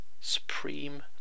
Supreme